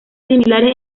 similares